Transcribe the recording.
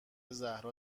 زهرا